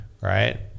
right